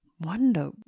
wonder